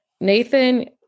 Nathan